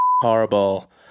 horrible